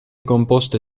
composte